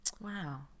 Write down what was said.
Wow